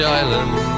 island